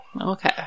Okay